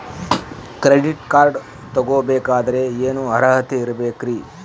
Credit card ತೊಗೋ ಬೇಕಾದರೆ ಏನು ಅರ್ಹತೆ ಇರಬೇಕ್ರಿ?